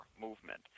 movement